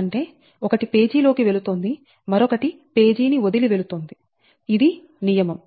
అంటే ఒకటి పేజీలోకి వెళుతోంది మరొకటి పేజీని వదిలి వెళుతోంది ఇది నియమం